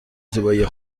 زیبایی